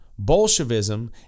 bolshevism